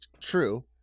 true